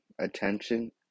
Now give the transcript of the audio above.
attention